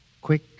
quick